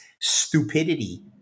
stupidity